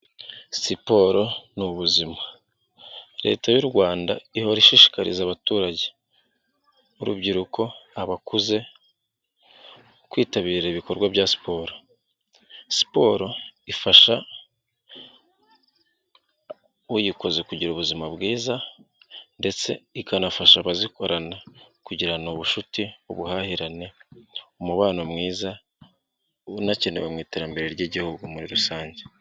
Siporo n'uzima leta y'u Rwanda ihora ishishikariza abaturage ,urubyiruko ,abakuze, kwitabira ibikorwa bya siporo. Siporo ifasha uyikoze kugira ubuzima bwiza ndetse ikanafasha abazikorana kugirana ubucuti ,ubuhahirane ,umubano mwiza, unakenewe mu iterambere ry'igihugu muri rusange.